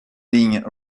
lignes